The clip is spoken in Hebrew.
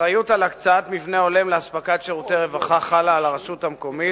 האחריות להקצאת מבנה הולם לאספקת שירותי רווחה חלה על הרשות המקומית,